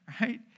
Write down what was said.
Right